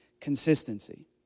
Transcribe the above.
Consistency